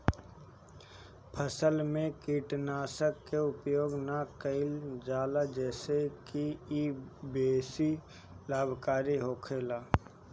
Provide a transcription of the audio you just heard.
फसल में कीटनाशक के उपयोग ना कईल जाला जेसे की इ बेसी लाभकारी होखेला